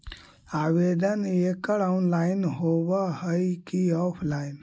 आवेदन एकड़ ऑनलाइन होव हइ की ऑफलाइन?